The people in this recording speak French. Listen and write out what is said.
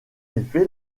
effet